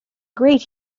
great